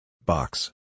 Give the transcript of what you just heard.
Box